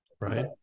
right